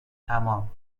تمام